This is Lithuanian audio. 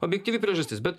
objektyvi priežastis bet